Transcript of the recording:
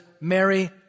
Mary